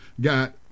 got